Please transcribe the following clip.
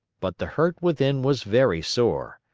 but the hurt within was very sore.